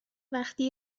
وقتی